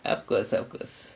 of course of course